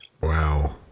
Wow